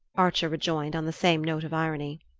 archer rejoined on the same note of irony.